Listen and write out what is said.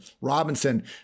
robinson